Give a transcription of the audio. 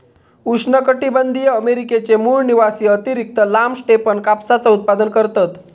उष्णकटीबंधीय अमेरिकेचे मूळ निवासी अतिरिक्त लांब स्टेपन कापसाचा उत्पादन करतत